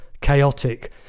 chaotic